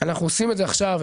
אנחנו עושים את זה עכשיו,